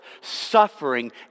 suffering